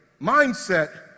mindset